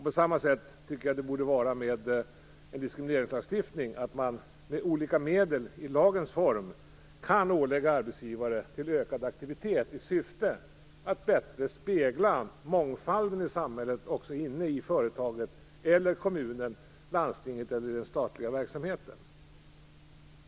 På samma sätt tycker jag det borde vara med en diskrimineringslagstiftning, dvs. att man med olika medel i lagens form kan tvinga arbetsgivare till ökad aktivitet i syfte att bättre spegla mångfalden i samhället också inne i företaget - eller kommunen, landstinget eller den statliga verksamheten.